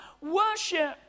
Worship